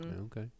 Okay